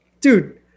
dude